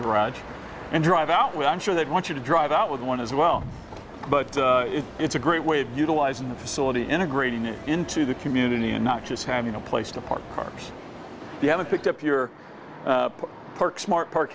garage and drive out well i'm sure they'd want you to drive out with one as well but it's a great way of utilizing the facility integrating it into the community and not just having a place to park cars you haven't picked up your park smart park